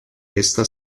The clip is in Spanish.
esta